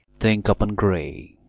think upon grey,